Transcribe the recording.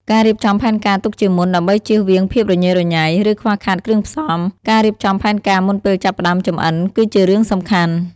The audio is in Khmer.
ការរៀបចំផែនការទុកជាមុនដើម្បីចៀសវាងភាពរញ៉េរញ៉ៃ ឬខ្វះខាតគ្រឿងផ្សំ ការរៀបចំផែនការមុនពេលចាប់ផ្តើមចម្អិនគឺជារឿងសំខាន់ ។